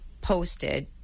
posted